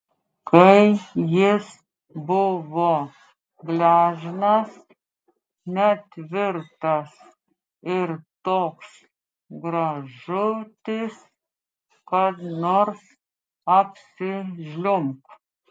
kai jis buvo gležnas netvirtas ir toks gražutis kad nors apsižliumbk